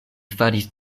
faris